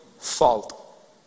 fault